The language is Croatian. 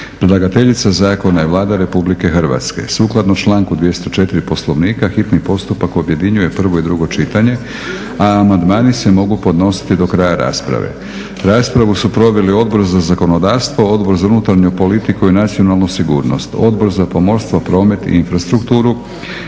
Predlagateljica Zakona je Vlada Republike Hrvatske. Sukladno članku 204. Poslovnika hitni postupak objedinjuje prvo i drugo čitanje a amandmani se mogu podnositi do kraja rasprave. Raspravu su proveli Odbor za zakonodavstvo, Odbor za unutarnju politiku i nacionalnu sigurnost, Odbor za pomorstvo, promet i infrastrukturu.